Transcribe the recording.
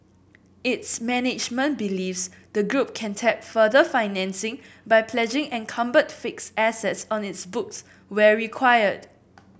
its management believes the group can tap further financing by pledging encumbered fixed assets on its books where required